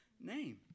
name